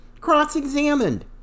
cross-examined